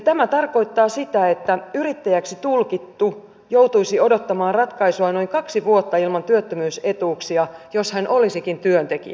tämä tarkoittaa sitä että yrittäjäksi tulkittu joutuisi odottamaan ratkaisua noin kaksi vuotta ilman työttömyysetuuksia jos hän olisikin työntekijä